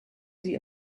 sie